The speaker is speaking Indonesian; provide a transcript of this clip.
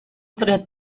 terlihat